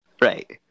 right